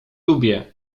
lubię